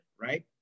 right